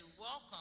welcome